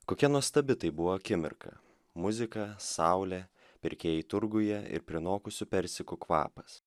kokia nuostabi tai buvo akimirka muzika saulė pirkėjai turguje ir prinokusių persikų kvapas